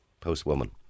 Post-woman